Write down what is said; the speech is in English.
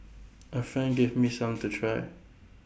A friend gave me some to try